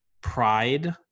Pride